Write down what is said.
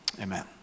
amen